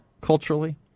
culturally